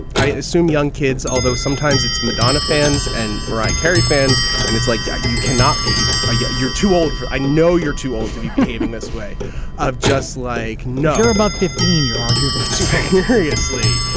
i assume young kids, although sometimes it's madonna fans and mariah carey fans and it's like yeah you cannot be a yeah you're too old. i know you're too old in this way of just like. no, you're about fifteen. you're arguably too seriously.